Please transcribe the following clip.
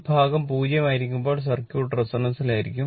ഈ ഭാഗം 0 ആയിരിക്കുമ്പോൾ സർക്യൂട്ട് റെസൊണൻസിലായിരിക്കും